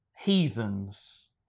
Heathens